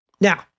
Now